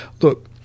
look